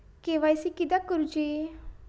KYC किदयाक करूची?